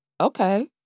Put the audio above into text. Okay